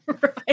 Right